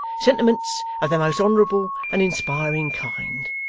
sentiments of the most honourable and inspiring kind.